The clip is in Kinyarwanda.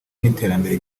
n’iterambere